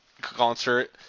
concert